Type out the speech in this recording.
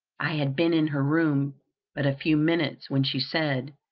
i had been in her room but a few minutes when she said,